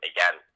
Again